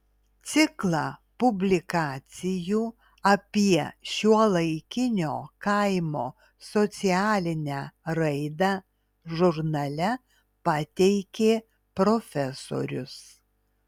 ciklą publikacijų apie šiuolaikinio kaimo socialinę raidą žurnale pateikė profesorius